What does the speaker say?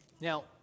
Now